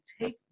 take